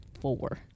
Four